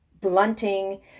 blunting